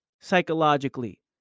psychologically